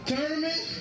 Tournament